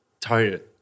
tired